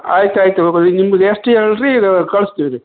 ಆಯ್ತು ಆಯಿತು ನಿಮ್ಗೆ ಎಷ್ಟು ಹೇಳಿರಿ ಇದೂ ಕಳಿಸ್ತೀವಿ ರೀ